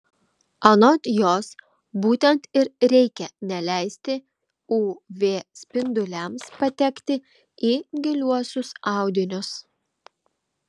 anot jos būtent ir reikia neleisti uv spinduliams patekti į giliuosius audinius